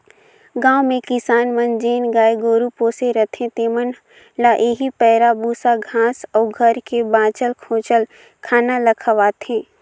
गाँव में किसान मन जेन गाय गरू पोसे रहथें तेमन ल एही पैरा, बूसा, घांस अउ घर कर बांचल खोंचल खाना ल खवाथें